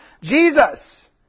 Jesus